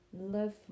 love